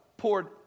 poured